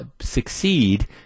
succeed